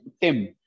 Tim